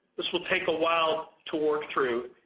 this will take a while to work through